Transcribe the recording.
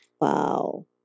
Wow